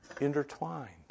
intertwined